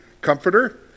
comforter